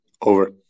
Over